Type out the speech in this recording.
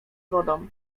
wodą